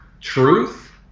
truth